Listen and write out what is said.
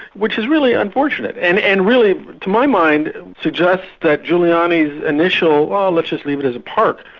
which is really unfortunate, and and really, to my mind, suggests that giuliani's initial oh let's just leave it as a park,